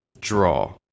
draw